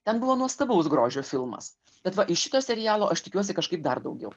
ten buvo nuostabaus grožio filmas bet va iš šito serialo aš tikiuosi kažkaip dar daugiau